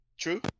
True